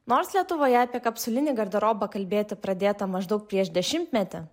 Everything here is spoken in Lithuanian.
nors lietuvoje apie kapsulinį garderobą kalbėti pradėta maždaug prieš dešimtmetį